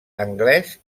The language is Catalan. anglès